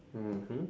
mmhmm